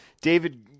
David